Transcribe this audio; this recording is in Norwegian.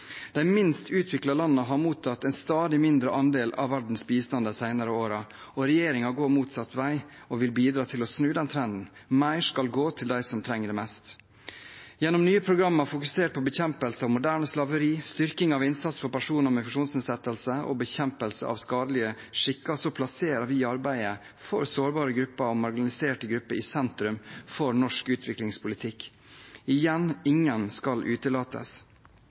De minst utviklede landene har mottatt en stadig mindre andel av verdens bistand de senere årene. Regjeringen går motsatt vei og vil bidra til å snu trenden – mer skal gå til dem som trenger det mest. Gjennom nye programmer fokusert på bekjempelse av moderne slaveri, styrking av innsatsen for personer med funksjonsnedsettelse og bekjempelse av skadelige skikker plasserer vi arbeidet for sårbare og marginaliserte grupper i sentrum for norsk utviklingspolitikk. Igjen: Ingen skal utelates.